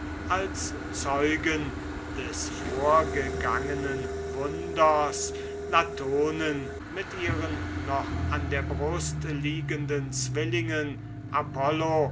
als zeugen des vorgegangenen wunders die latona mit ihren noch an der brust liegenden zwillingen apollo